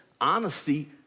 honesty